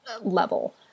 level